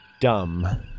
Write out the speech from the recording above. Dumb